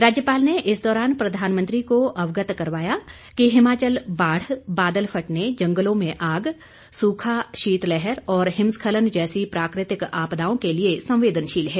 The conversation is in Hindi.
राज्यपाल ने इस दौरान प्रधानमंत्री को अवगत करवाया कि हिमाचल बाढ़ बादल फटने जंगलों में आग सूखा शीतलहर और हिमस्खलन जैसी प्राकृतिक आपदाओं के लिए संवेदनशील है